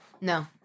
No